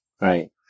Right